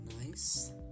nice